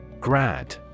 Grad